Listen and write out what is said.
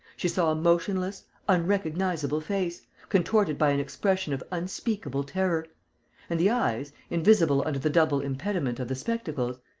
she saw a motionless, unrecognizable face, contorted by an expression of unspeakable terror and the eyes, invisible under the double impediment of the spectacles,